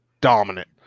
dominant